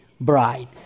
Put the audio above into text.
bride